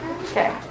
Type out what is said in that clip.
Okay